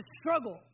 struggle